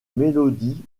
mélodie